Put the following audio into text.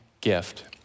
gift